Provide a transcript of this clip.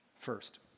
First